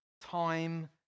time